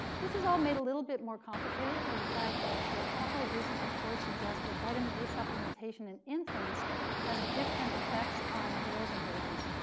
this is all made a little bit more complicated by the fact that a couple of recent reports suggest that vitamin a supplementation in infants has different effects on girls and boys.